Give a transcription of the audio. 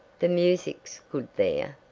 the music's good there.